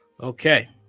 Okay